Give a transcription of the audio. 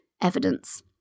evidence